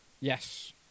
Yes